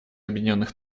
объединенных